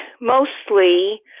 mostly